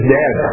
dead